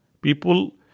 People